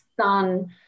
sun